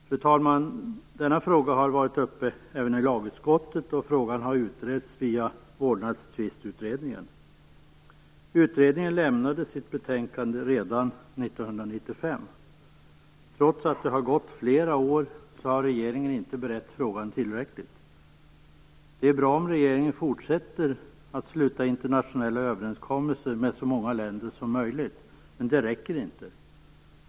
Fru talman! Denna fråga har även varit uppe i lagutskottet, och den har utretts av Vårdnadstvistutredningen. Utredningen lämnade sitt betänkande redan 1995. Trots att det nu har gått flera år har regeringen inte berett frågan tillräckligt. Det är bra om regeringen fortsätter att sluta internationella överenskommelser med så många länder som möjligt, men det räcker inte.